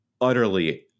utterly